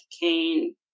cane